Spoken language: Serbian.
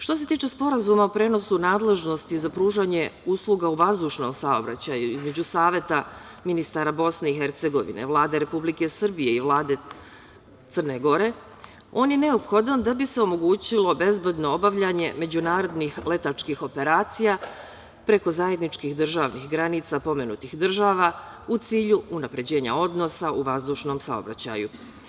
Što se tiče Sporazuma o prenosu nadležnosti za pružanje usluga u vazdušnom saobraćaju između Saveta ministara BiH, Vlade Republike Srbije i Vlade Crne Gore, on je neophodan da bi se omogućilo bezbedno obavljanje međunarodnih letačkih operacija preko zajedničkih državnih granica pomenutih država u cilju unapređenja odnosa u vazdušnom saobraćaju.